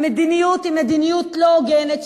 המדיניות היא מדיניות לא הוגנת,